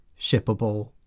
shippable